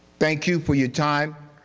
thank you for your time.